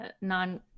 non